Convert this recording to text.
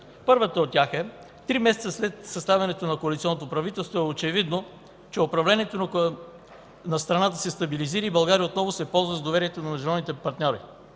Първата от тях е: три месеца след съставянето на коалиционното правителство е очевидно, че управлението на страната се стабилизира и България отново се ползва с доверието на международните партньори.